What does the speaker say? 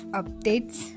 updates